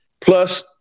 plus